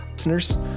listeners